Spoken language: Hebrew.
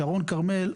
שרון-כרמל,